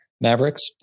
Mavericks